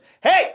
Hey